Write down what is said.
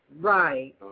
Right